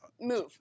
move